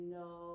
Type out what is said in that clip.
no